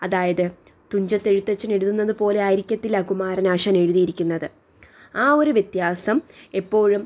അതായത് തുഞ്ചത്ത് എഴുത്തച്ഛൻ എഴുതുന്നത് പോലെ ആയിരിക്കത്തില്ല കുമാരനാശാൻ എഴുതിയിരിക്കുന്നത് ആ ഒരു വ്യത്യാസം എപ്പോഴും